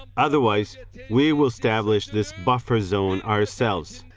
otherwise we will establish this buffer zone ourselves.